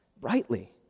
brightly